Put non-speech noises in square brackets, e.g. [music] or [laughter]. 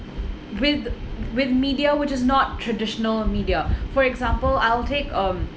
with with media which is not traditional media [breath] for example I'll take um